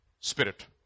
spirit